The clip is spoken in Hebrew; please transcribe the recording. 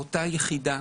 מאותה יחידה,